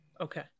Okay